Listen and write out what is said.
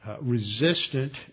Resistant